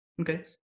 Okay